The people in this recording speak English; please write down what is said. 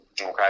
okay